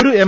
ഒരു എം